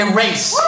Erase